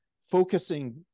focusing